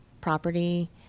property